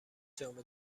جام